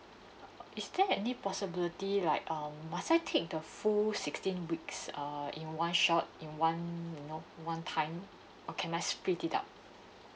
is there any possibility like um must I take the full sixteen weeks err in one shot in one you know one time or can I split it up